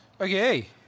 Okay